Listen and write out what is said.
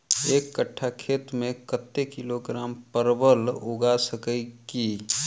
एक कट्ठा खेत मे कत्ते किलोग्राम परवल उगा सकय की??